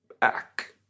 back